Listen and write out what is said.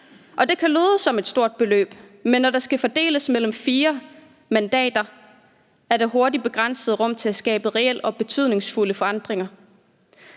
det kan lyde som et stort beløb, men når det skal fordeles mellem fire mandater, er der hurtigt et begrænset rum for at skabe reelle og betydningsfulde forandringer.